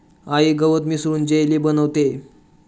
आई गवत मिसळून जेली बनवतेय